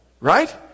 right